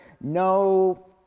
no